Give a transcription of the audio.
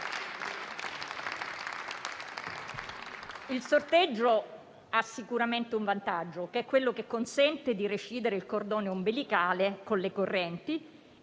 Il sorteggio ha sicuramente un vantaggio, che è quello che consente di recidere il cordone ombelicale con le correnti